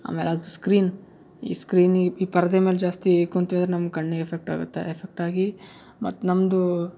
ಆಮೇಲೆ ಅದು ಸ್ಕ್ರೀನ್ ಈ ಸ್ಕ್ರೀನಿಗೆ ಈ ಪರದೆ ಮೇಲೆ ಜಾಸ್ತಿ ಕುಂತ್ವಿ ಅಂದ್ರೆ ನಮ್ಮ ಕಣ್ಣಿಗೆ ಎಫೆಕ್ಟ್ ಆಗತ್ತೆ ಎಫೆಕ್ಟ್ ಆಗಿ ಮತ್ತು ನಮ್ಮದು